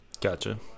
Gotcha